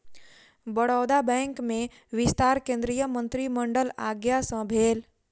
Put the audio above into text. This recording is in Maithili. बड़ौदा बैंक में विस्तार केंद्रीय मंत्रिमंडलक आज्ञा सँ भेल